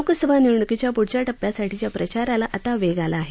लोकसभा निवडणुकीच्या पुढच्या टप्प्यांसाठीच्या प्रचाराला आता वेग आला आहे